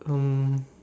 um